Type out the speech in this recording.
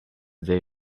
they